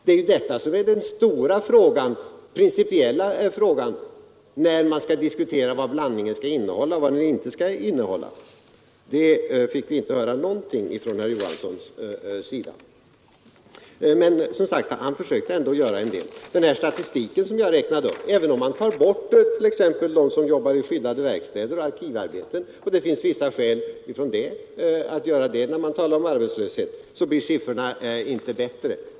Det är ju detta som är den stora principiella frågan, när man skall diskutera vad blandningen skall innehålla och vad den inte skall innehålla. Om detta fick vi vi inte höra någonting av herr Johansson. Men som sagt: Han försökte ändå göra en del. När det gäller den statistik som jag redovisade blir siffrorna inte bättre om man tar bort — och det finns vissa skäl att göra det när man talar om arbetslösheten — t.ex. dem som jobbar i skyddade verkstäder och dem som har arkivarbeten.